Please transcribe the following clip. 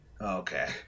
okay